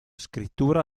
scrittura